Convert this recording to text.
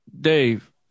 Dave